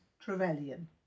Trevelyan